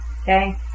okay